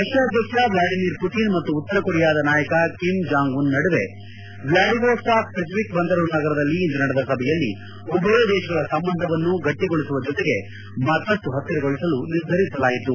ರಷ್ತಾ ಅಧ್ಯಕ್ಷ Vladimir Putin ಮತ್ತು ಉತ್ತರ ಕೊರಿಯಾದ ನಾಯಕ ಕಿಮ್ ಜಾಂಗ್ ಉನ್ ನಡುವೆ ವ್ಲಾಡಿವೋಗ್ಸಾಕ್ ಪೆಸಿಫಿಕ್ ಬಂದರು ನಗರದಲ್ಲಿ ಇಂದು ನಡೆದ ಸಭೆಯಲ್ಲಿ ಉಭಯ ದೇಶಗಳ ಸಂಬಂಧವನ್ನು ಗಟ್ಟಗೊಳಿಸುವ ಜೊತೆಗೆ ಮತ್ತಪ್ಟು ಹತ್ತಿರಗೊಳಿಸಲು ನಿರ್ಧರಿಸಲಾಯಿತು